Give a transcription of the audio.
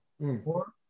four